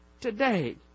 today